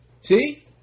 See